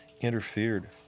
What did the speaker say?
interfered